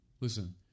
Listen